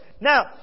Now